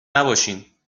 نباشین